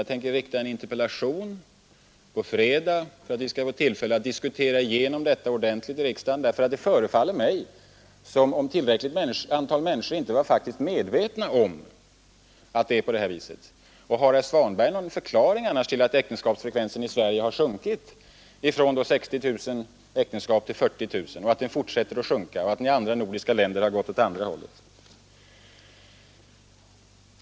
Jag tänker på fredag framställa en interpellation för att vi i riksdagen skall få tillfälle att diskutera igenom detta ordentligt. Det förefaller mig som om ett stort antal människor faktiskt inte är medvetna om att det är på detta sätt. Har herr Svanberg annars någon förklaring till att äktenskapsfrekvensen i Sverige har sjunkit från 60 000 till 40 000 och fortsätter att sjunka, fastän den i andra nordiska länder har gått åt andra hållet?